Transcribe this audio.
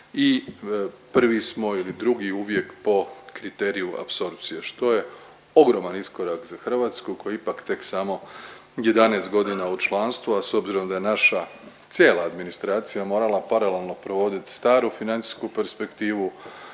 i prvi smo ili drugi uvijek po kriterije apsorpcije, što je ogroman iskorak za Hrvatsku koja je ipak tek samo 11.g. u članstvu, a s obzirom da je naša cijela administracija morala paralelno provodit staru financijsku perspektivu,